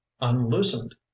unloosened